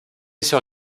sur